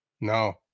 No